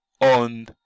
on